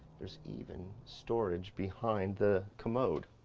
there's even storage behind the commode,